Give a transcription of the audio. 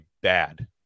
bad